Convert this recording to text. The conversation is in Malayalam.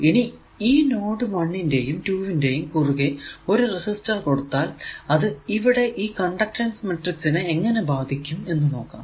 ഇനി ഈ നോഡ് 1 ന്റെയും 2 ന്റെയും കുറുകെ ഒരു റെസിസ്റ്റർ കൊടുത്താൽ അത് ഇവിടെ ഈ കണ്ടക്ടൻസ് മാട്രിക്സ് നെ എങ്ങനെ ബാധിക്കും എന്ന് നോക്കാം